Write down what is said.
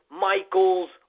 Michaels